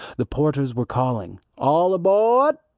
the porters were calling, all abawd!